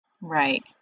Right